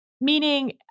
meaning